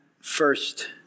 first